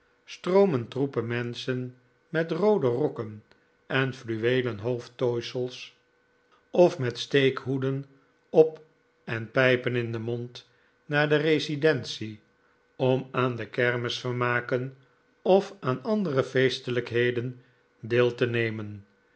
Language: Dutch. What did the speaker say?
stroomen troepen menschen met roode rokken en fluweelen hoofdtooisels of met steekhoeden op en pijpen in den mond naar de residentie om aan de kermisvermaken of aan andere feestelijkheden deel te nemen